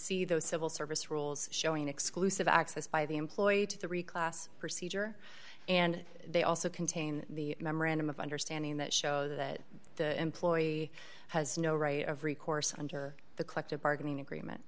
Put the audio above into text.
see those civil service rules showing exclusive access by the employee to the reclass procedure and they also contain the memorandum of understanding that show that the employee has no right of recourse under the collective bargaining agreement